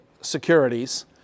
securities